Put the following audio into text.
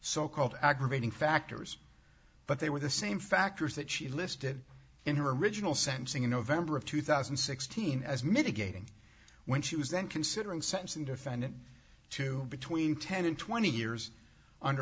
so called aggravating factors but they were the same factors that she listed in her original sentencing in november of two thousand and sixteen as mitigating when she was then considering sense in defendant to between ten and twenty years under